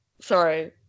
sorry